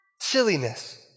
silliness